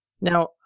now